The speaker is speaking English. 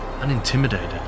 Unintimidated